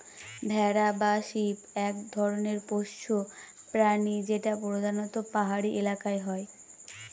ভেড়া বা শিপ এক ধরনের পোষ্য প্রাণী যেটা প্রধানত পাহাড়ি এলাকায় হয়